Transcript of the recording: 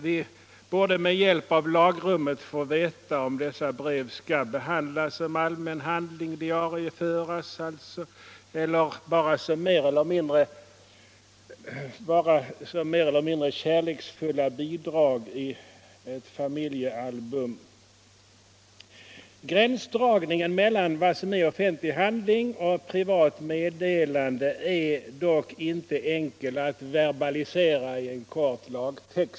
Vi borde med hjälp av lagrummet få veta om dessa brev skall behandlas som allmänna handlingar — alltså diarieföras — eller betraktas som mer eller mindre kärleksfulla bidrag för familjealbumet. Gränsdragningen mellan vad som är offentlig handling och privat meddelande är dock inte enkel att verbalisera i en kon lagtext.